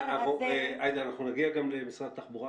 עאידה, אנחנו נגיע גם למשרד התחבורה.